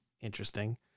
interesting